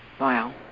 Wow